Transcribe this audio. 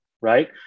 right